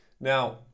Now